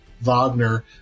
Wagner